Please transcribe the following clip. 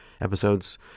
episodes